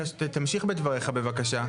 תמשיך בדבריך בבקשה.